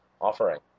offering